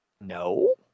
No